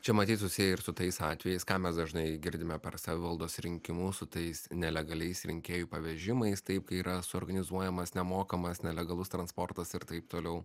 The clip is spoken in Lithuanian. čia matyt susiję ir su tais atvejais ką mes dažnai girdime per savivaldos rinkimus su tais nelegaliais rinkėjų pavežimais taip kai yra suorganizuojamas nemokamas nelegalus transportas ir taip toliau